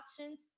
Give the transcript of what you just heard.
options